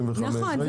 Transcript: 65. נכון.